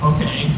Okay